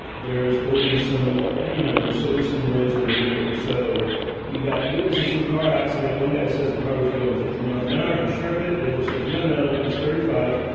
there is always some you know, there's so is some noise in the reporting. so you got witnesses to a car accident. one guy says the car was going fifty miles an hour. he sure of it. the other says, no, no, it was thirty five.